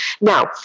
Now